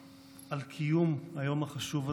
על קיום היום החשוב הזה.